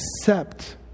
Accept